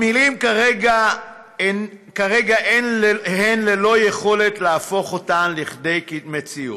המילים כרגע הן ללא יכולת להפוך אותן למציאות.